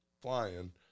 flying